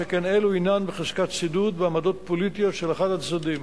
שכן אלו הינן בחזקת צידוד בעמדות פוליטיות של אחד הצדדים.